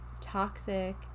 toxic